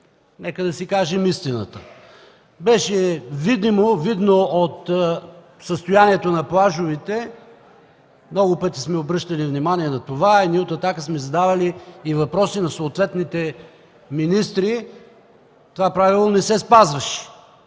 Нека да си кажем истината. Беше видно от състоянието на плажовете, много пъти сме обръщали внимание на това и ние от „Атака” сме задавали въпроси на съответните министри. Това правило не се спазваше.